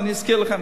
ואני גם אזכיר לכם.